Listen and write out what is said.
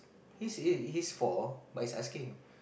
he's he's four but he's asking